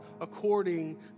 according